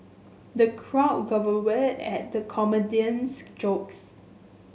the crowd guffawed at the comedian's jokes